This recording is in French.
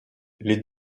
les